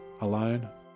alone